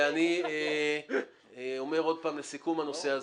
ואני אומר עוד פעם לסיכום הנושא הזה: